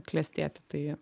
klestėti tai